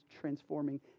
transforming